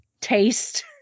taste